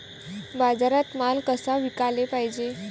बाजारात माल कसा विकाले पायजे?